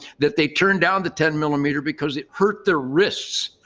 that they turned down the ten millimeter because it hurt their wrists,